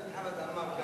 חבר הכנסת חמד עמאר.